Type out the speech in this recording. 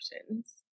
Options